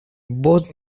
both